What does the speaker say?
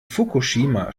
fukushima